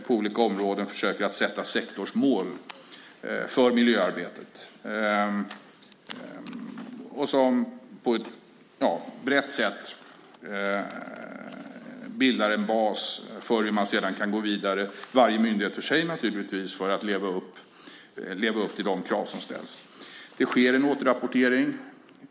På olika områden försöker man att sätta sektorsmål för miljöarbetet och på ett brett sätt bilda en bas för hur varje myndighet för sig kan gå vidare för att leva upp till de krav som ställs. Det sker en återrapportering.